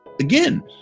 again